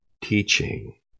teaching